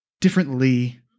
Differently